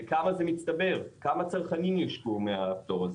אז לכמה זה מצטבר וכמה צרכנים --- מהפטור הזה?